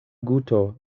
guto